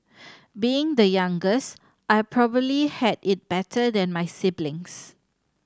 being the youngest I probably had it better than my siblings